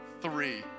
three